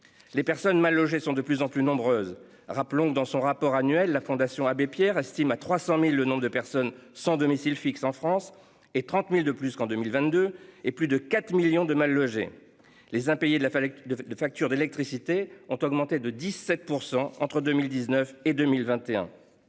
les personnes mal logées, sont de plus en plus nombreuses. Rappelons que dans son rapport annuel, la Fondation Abbé Pierre estime à 300.000 le nombre de personnes sans domicile fixe en France et 30.000 de plus qu'en 2022 et plus de 4 millions de mal logés les impayés de la fac de, de factures d'électricité ont augmenté de 17% entre 2019 et 2021.